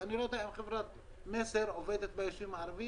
ואני לא יודע אם חברת מסר עובדת ביישובי הערביים,